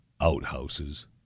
outhouses